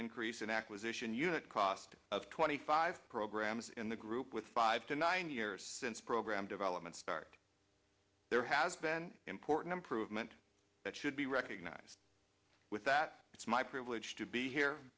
unit cost of twenty five programs in the group with five to nine years since program development start there has been important improvement that should be recognized with that it's my privilege to be here